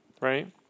right